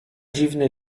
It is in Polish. dziwny